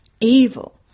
evil